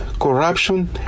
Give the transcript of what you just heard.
corruption